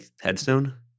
headstone